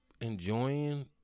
enjoying